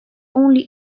only